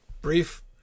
brief